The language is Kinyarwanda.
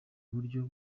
buryo